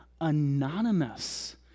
anonymous